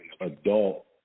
adult